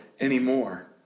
anymore